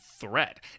threat